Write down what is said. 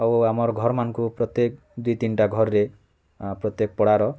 ଆଉ ଆମର୍ ଘର୍ମାନଙ୍କୁ ପ୍ରତ୍ୟେକ ଦୁଇ ତିନି ଟା ଘର୍ରେ ପ୍ରତ୍ୟେକ ପଡ଼ାର